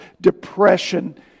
depression